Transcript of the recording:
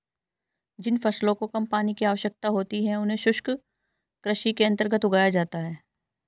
जिन फसलों को कम पानी की आवश्यकता होती है उन्हें शुष्क कृषि के अंतर्गत उगाया जाता है